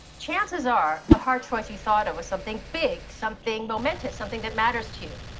chances are, the hard choice you thought of was something big, something momentous, something that matters to you.